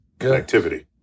activity